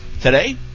today